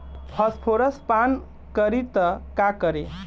Phosphorus पान करी त का करी?